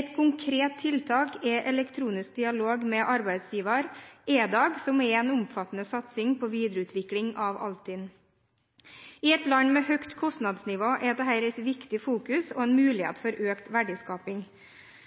Et konkret tiltak er elektronisk dialog med arbeidsgiver, EDAG, som er en omfattende satsing på videreutvikling av Altinn. I et land med høyt kostnadsnivå er dette en viktig fokusering og en